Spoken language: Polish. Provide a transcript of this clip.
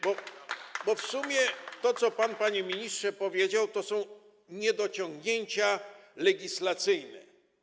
bo w sumie to, o czym pan, panie ministrze, powiedział, to są niedociągnięcia legislacyjne.